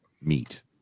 meat